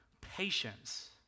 Patience